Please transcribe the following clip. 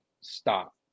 stop